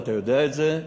ואתה יודע את זה,